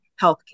healthcare